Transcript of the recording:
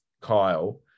Kyle